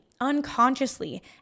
unconsciously